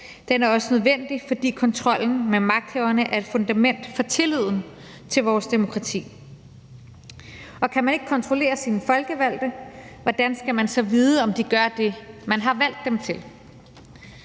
den er også nødvendig, fordi kontrollen med magthaverne er et fundament for tilliden til vores demokrati. Og kan man ikke kontrollere sine folkevalgte, hvordan skal man så vide, om de gør det, man har valgt dem til.